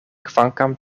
kvankam